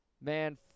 Man